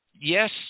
yes